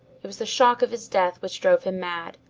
it was the shock of his death which drove him mad.